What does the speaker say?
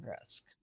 risk